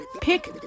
pick